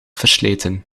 versleten